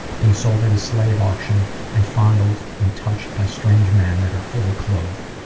being sold at a slave auction and fondled and touched by strange men that are fully clothed.